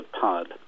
pod